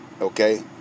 Okay